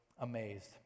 amazed